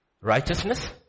righteousness